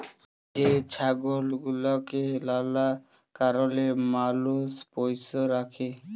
যে ছাগল গুলাকে লালা কারলে মালুষ পষ্য রাখে